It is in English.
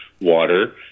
water